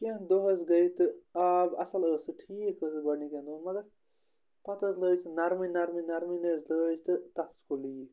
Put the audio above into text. کیٚنٛہہ دۄہ حظ گٔے تہٕ آب اَصٕل ٲس سُہ ٹھیٖک ٲس گۄڈٕنِکٮ۪ن دۄہَن مگر پَتہٕ حظ لٲج سُہ نَرمٕنۍ نَرمٕنۍ نَرمٕنۍ حظ لٲجۍ تہٕ تَتھ حظ گوٚو لیٖک